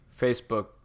Facebook